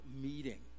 meeting